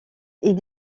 est